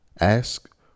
ask